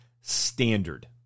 standard